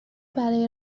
برای